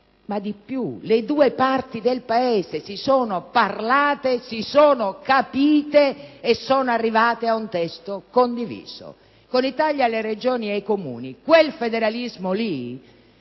ma di più, le due parti del Paese, si sono parlate, si sono capite e sono arrivate ad un testo condiviso: con i tagli alle Regioni e ai Comuni, quel federalismo lì,